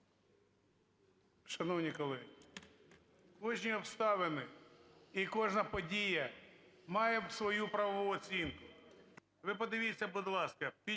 Шановні колеги, кожні обставини і кожна подія мають свою правову оцінку. Ви подивіться, будь ласка: "під час